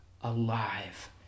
alive